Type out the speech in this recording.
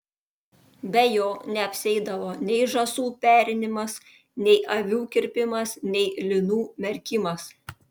be jo neapsieidavo nei žąsų perinimas nei avių kirpimas nei linų merkimas